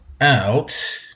out